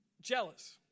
Jealous